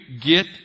Get